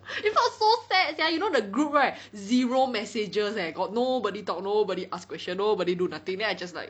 if not so sad leh you know the group right zero messages leh got nobody talk nobody ask question nobody do nothing then I just like